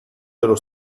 dello